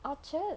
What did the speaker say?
orchard